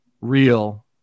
real